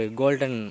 golden